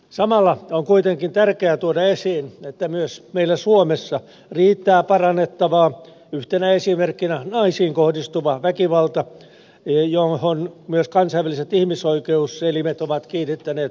samalla on kuitenkin tärkeää tuoda esiin että myös meillä suomessa riittää parannettavaa yhtenä esimerkkinä naisiin kohdistuva väkivalta johon myös kansainväliset ihmisoikeuselimet ovat kiinnittäneet huomiota